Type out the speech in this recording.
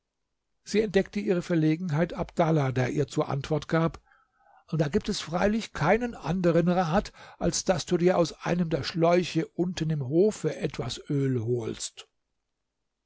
sie entdeckte ihre verlegenheit abdallah der ihr zur antwort gab da gibt es freilich keinen anderen rat als daß du dir aus einem der schläuche unten im hofe etwas öl holst